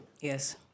Yes